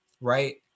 right